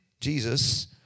Jesus